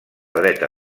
dreta